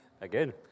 Again